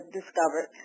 discovered